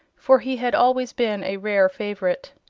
for he had always been a rare favorite.